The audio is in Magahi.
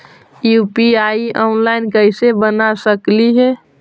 यु.पी.आई ऑनलाइन कैसे बना सकली हे?